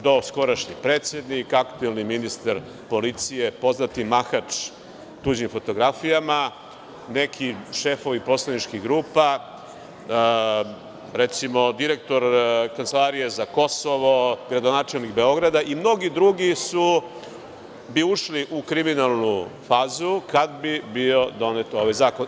Do skorašnji predsednik, aktuelni ministar policije, poznati mahač tuđim fotografijama, neki šefovi poslaničkih grupa, recimo direktor Kancelarije za Kosovo, gradonačelnik Beograda i mnogi drugi bi ušli u kriminalnu fazu kada bi bio donet ovaj zakon.